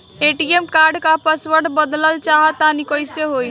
ATM card क password बदलल चाहा तानि कइसे होई?